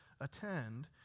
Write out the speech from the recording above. attend